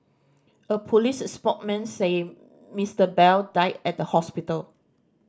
a police spoke man said Mister Bell died at the hospital